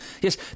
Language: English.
Yes